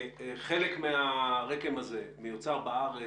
חלק מהרק"ם הזה מיוצר בארץ,